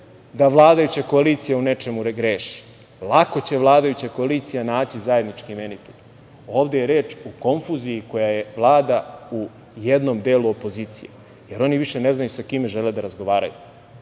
da vladajuća koalicija u nečemu greši, lako će vladajuća koalicija naći zajednički imenitelj, ovde je reč o konfuziji koja vlada u jednom delu opozicije, jer oni više ne znaju sa kime žele da razgovaraju,